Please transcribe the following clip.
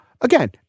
again